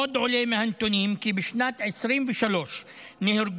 עוד עולה מהנתונים כי בשנת 2023 נהרגו